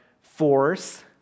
force